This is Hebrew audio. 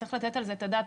צריך לתת על זה את הדעת,